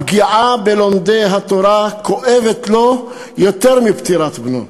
הפגיעה בלומדי התורה כואבת לו יותר מפטירת בנו.